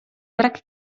brak